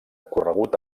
corregut